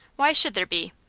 why should there be?